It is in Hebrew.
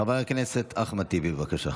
חבר הכנסת אחמד טיבי, בבקשה.